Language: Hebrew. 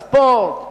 ספורט,